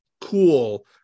cool